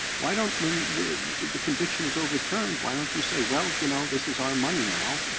why don't when the the conviction is overturned, why don't you say, well, you know, this is our money now,